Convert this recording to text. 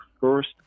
first